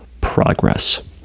progress